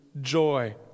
joy